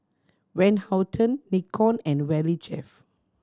Van Houten Nikon and Valley Chef